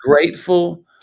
grateful